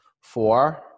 Four